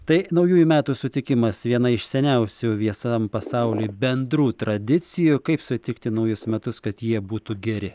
tai naujųjų metų sutikimas viena iš seniausių visam pasauly bendrų tradicijų kaip sutikti naujus metus kad jie būtų geri